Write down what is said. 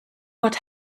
what